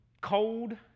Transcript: cold